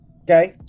Okay